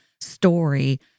story